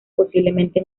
posiblemente